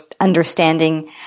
understanding